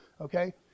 Okay